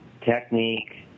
technique